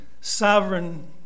sovereign